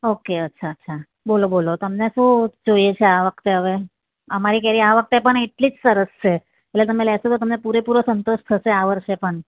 okay અચ્છા અચ્છા બોલો બોલો તમને શું જોઈએ છે આ વખતે હવે અમારી કેરી આ વખતે પણ એટલી જ સરસ છે એટલે તમે લેશો તો તમને પૂરેપૂરો સંતોષ થશે આ વર્ષે પણ